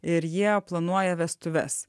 ir jie planuoja vestuves